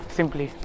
Simply